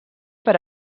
per